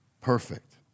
perfect